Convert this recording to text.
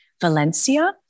Valencia